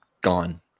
gone